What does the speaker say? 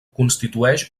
constitueix